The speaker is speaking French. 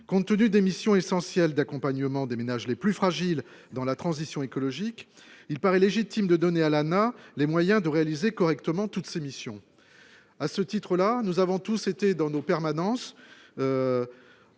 compte tenu des missions essentielles d'accompagnement des ménages les plus fragiles dans la transition écologique il paraît légitime de donner à la n'a les moyens de réaliser correctement toutes ses missions, à ce titre-là, nous avons tous été dans nos permanences,